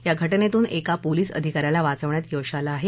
या घटनेतून एका पोलिस अधिकाऱ्याला वाचवण्यात यश आलं आहे